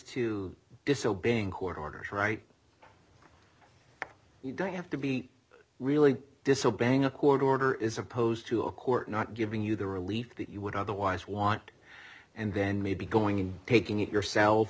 to disobeying court orders right you don't have to be really disobeying a court order is opposed to a court not giving you the relief that you would otherwise want and then maybe going in taking it yourself